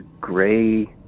gray